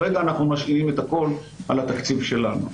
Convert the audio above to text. כרגע אנחנו משיתים את הכול על התקציב שלנו.